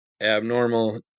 abnormal